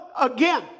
again